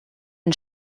une